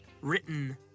written